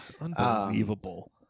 Unbelievable